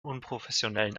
unprofessionellen